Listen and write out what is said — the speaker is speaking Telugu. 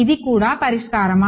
ఇది కూడా పరిష్కారమా